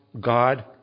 God